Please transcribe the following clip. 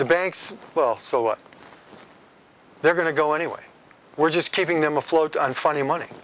the banks well so what they're going to go anyway we're just keeping them afloat on funny money